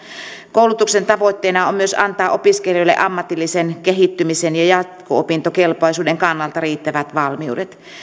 koulutuksen tavoitteena on myös antaa opiskelijoille ammatillisen kehittymisen ja jatko opintokelpoisuuden kannalta riittävät valmiudet